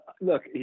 look